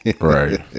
Right